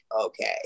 okay